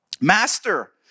Master